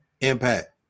Impact